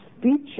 speech